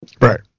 Right